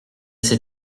sait